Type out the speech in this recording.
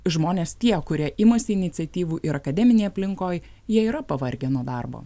žmonės tie kurie imasi iniciatyvų ir akademinėj aplinkoj jie yra pavargę nuo darbo